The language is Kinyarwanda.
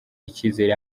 icyizere